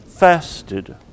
fasted